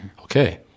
Okay